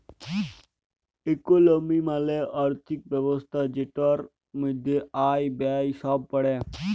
ইকলমি মালে আর্থিক ব্যবস্থা জেটার মধ্যে আয়, ব্যয়ে সব প্যড়ে